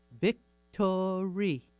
victory